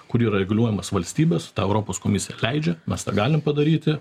kur yra reguliuojamas valstybės tą europos komisija leidžia mes tą galim padaryti